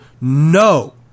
no